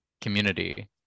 community